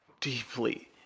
deeply